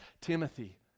Timothy